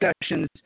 discussions